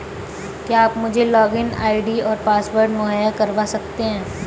क्या आप मुझे लॉगिन आई.डी और पासवर्ड मुहैय्या करवा सकते हैं?